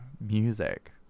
music